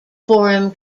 forum